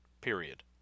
period